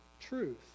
truth